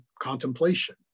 contemplation